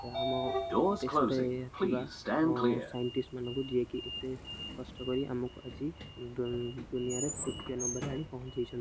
ଆମ ଦେଶରେ ଥିବା ସାଇଣ୍ଟିଷ୍ଟମାନଙ୍କୁ ଯିଏକି ଏତେ କଷ୍ଟ କରି ଆମକୁ ଆଜି ଦୁନିଆରେ ତୃତୀୟ ନମ୍ବରରେ ଆଣି ପହଞ୍ଚେଇଛନ୍ତି